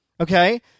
okay